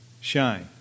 shine